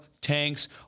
tanks